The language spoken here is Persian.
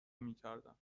میکردم